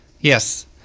Yes